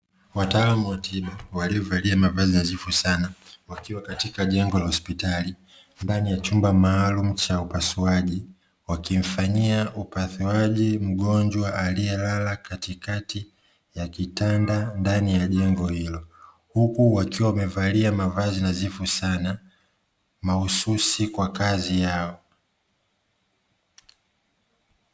Wataalamu wa tiba waliovalia mavazi nadhifu sana, wakiwa katika jengo la hospitali ndani ya chumba maalum cha upasuaji, wakimfanyia upasuaji mgonjwa aliyelala katikati ya kitanda ndani ya jengo hilo huku wakiwa wamevalia mavazi nadhifu sana mahususi kwa kazi yao.